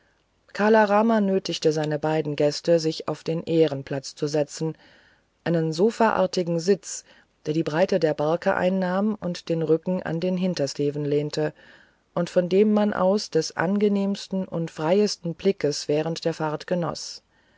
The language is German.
kala rama nötigte seine beiden gäste sich auf den ehrenplatz zu setzen einen sofaartigen sitz der die breite der barke einnahm und den rücken an den hintersteven lehnte und von dem aus man des angenehmsten und freiesten blickes während der fahrt genoß